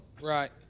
right